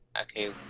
Okay